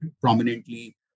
prominently